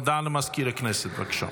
הודעה למזכיר הכנסת, בבקשה.